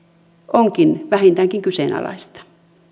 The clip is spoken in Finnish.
onkin vähintäänkin kyseenalaista